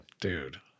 Dude